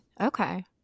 Okay